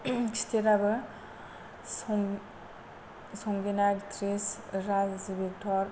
खिथेराबो संगिना actress Rajib actor